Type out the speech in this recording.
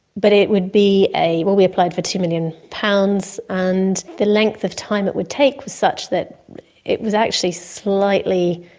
but it would be a, we applied for two million pounds and the length of time it would take was such that it was actually slightly,